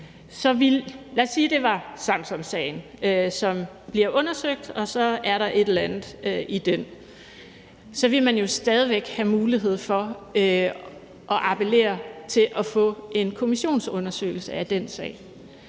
Lad os sige, at det er Samsamsagen, som bliver undersøgt, og at der så er et eller andet i den. Så ville man jo stadig væk have mulighed for at appellere til at få en kommissionsundersøgelse af den sag.